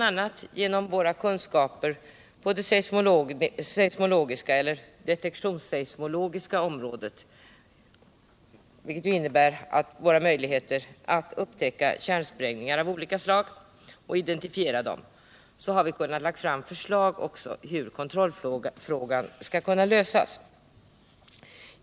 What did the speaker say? a. genom våra kunskaper på det detektionsseismologiska området, vilket omfattar våra möjligheter att upptäcka kärnsprängningar av olika slag och identifiera dem, har vi också kunnat lägga fram förslag om hur kontrollfrågan skall lösas.